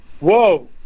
Whoa